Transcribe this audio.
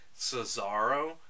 Cesaro